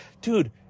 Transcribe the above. Dude